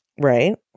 right